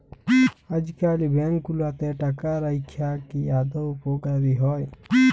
আইজকাল ব্যাংক গুলাতে টাকা রাইখা কি আদৌ উপকারী হ্যয়